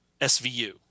svu